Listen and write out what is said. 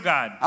God